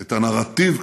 את הנרטיב,